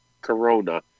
Corona